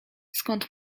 skąd